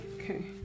Okay